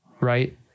right